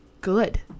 good